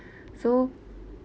so